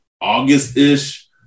August-ish